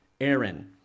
Aaron